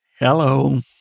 Hello